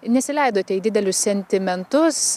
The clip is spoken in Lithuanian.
nesileidote į didelius sentimentus